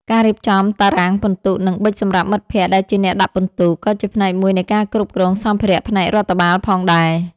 ការរៀបចំតារាងពិន្ទុ និងប៊ិចសម្រាប់មិត្តភក្តិដែលជាអ្នកដាក់ពិន្ទុ ក៏ជាផ្នែកមួយនៃការគ្រប់គ្រងសម្ភារៈផ្នែករដ្ឋបាលផងដែរ។